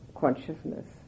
consciousness